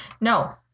no